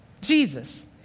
Jesus